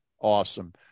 awesome